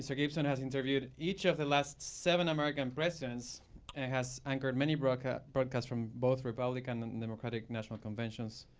so gibson has interviewed each of the last seven american presidents, and has anchored many broadcasts broadcasts from both republican and democratic national conventions,